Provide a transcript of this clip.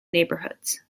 neighborhoods